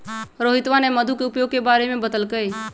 रोहितवा ने मधु के उपयोग के बारे में बतल कई